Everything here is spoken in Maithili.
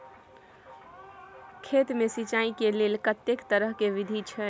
खेत मे सिंचाई के लेल कतेक तरह के विधी अछि?